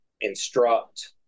instruct